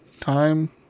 time